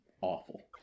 awful